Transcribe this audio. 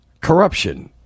corruption